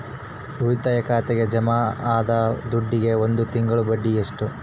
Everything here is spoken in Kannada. ಉಳಿತಾಯ ಖಾತೆಗೆ ಜಮಾ ಆದ ದುಡ್ಡಿಗೆ ಒಂದು ತಿಂಗಳ ಬಡ್ಡಿ ಎಷ್ಟು?